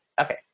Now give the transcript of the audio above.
Okay